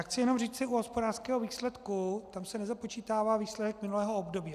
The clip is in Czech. Chci jenom říci u hospodářského výsledku, tam se nezapočítává výsledek minulého období.